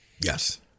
Yes